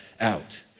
out